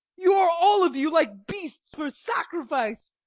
you are all of you like beasts for sacrifice.